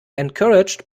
encouraged